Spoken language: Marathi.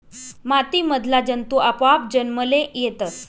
माती मधला जंतु आपोआप जन्मले येतस